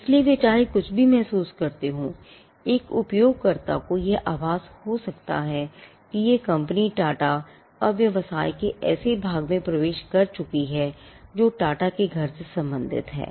इसलिए वे चाहे कुछ भी महसूस करते होंएक उपयोगकर्ता को यह आभास हो सकता है कि यह कंपनी टाटा के घर से आने से संबंधित हैं